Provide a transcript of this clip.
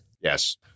Yes